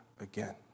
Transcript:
again